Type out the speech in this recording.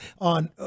on